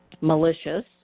malicious